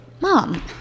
Mom